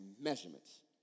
measurements